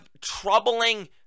troubling